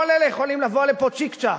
כל אלה יכולים לבוא לבוא צ'יק-צ'ק,